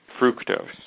fructose